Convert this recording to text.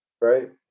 right